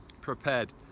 prepared